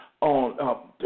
on